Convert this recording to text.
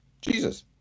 Jesus